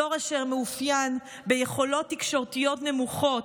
דור אשר מאופיין ביכולות תקשורתיות נמוכות,